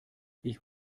ich